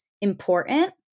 important